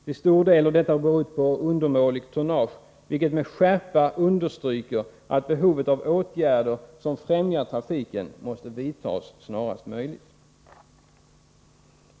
Till stor del har detta berott på undermåligt tonnage, vilket med skärpa understryker att åtgärder som främjar trafiken måste vidtas snarast möjligt.